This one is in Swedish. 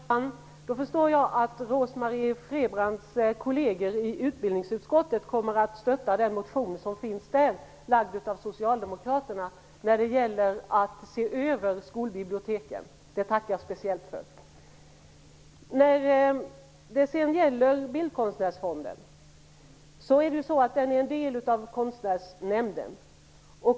Herr talman! Då förstår jag att Rose-Marie Frebrans kolleger i utbildningsutskottet kommer att stötta den socialdemokratiska motion som behandlas i utskottet och som gäller en översyn av skolbiblioteken. Det tackar jag speciellt för. Bildkonstnärsfonden är en del av Konstnärsnämnden.